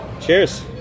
Cheers